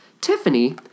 Tiffany